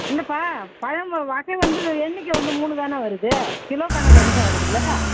இல்லைப்பா பழம் வ வகை வந்து எண்ணிக்கை வந்து மூணு தான் வருது கிலோ கணக்கு அதிகம் வருதுல